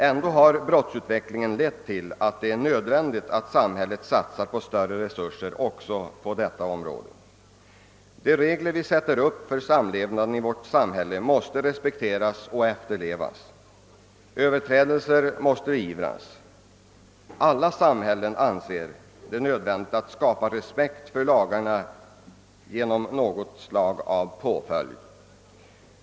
ändå har brottsutvecklingen gjort det nödvändigt för samhället att satsa på större resurser också på detta område. De regler vi ställer upp för samlevnaden i vårt samhälle måste respekteras och efterlevas. Överträdelser måste beivras. Alla samhällen anser det nödvändigt att skapa respekt för lagarna genom något slag av påföljd.